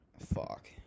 Fuck